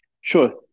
Sure